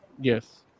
Yes